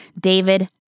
David